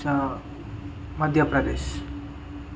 చా మధ్యప్రదేశ్